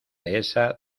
dehesa